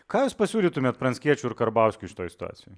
ką jūs pasiūlytumėt pranckiečiui ir karbauskiui šitoj situacijoj